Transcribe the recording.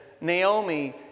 Naomi